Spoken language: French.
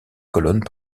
colonnes